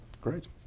Great